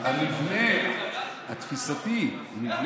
המבנה התפיסתי, אולי